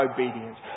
obedience